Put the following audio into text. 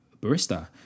barista